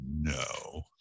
No